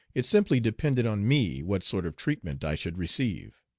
it simply depended on me what sort of treatment i should receive.